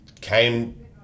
came